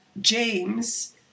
James